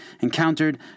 encountered